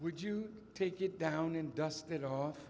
would you take it down and dust it off